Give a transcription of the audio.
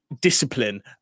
discipline